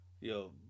Yo